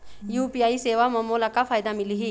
UPI सेवा म मोला का फायदा मिलही?